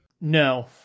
no